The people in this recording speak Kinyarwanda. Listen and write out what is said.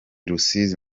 rusizi